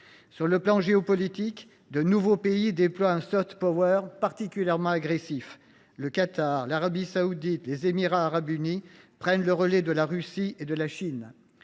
Sur le plan géopolitique, de nouveaux pays déploient un particulièrement agressif : le Qatar, l’Arabie saoudite, les Émirats arabes unis prennent le relais de la Russie et de la Chine.